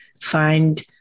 find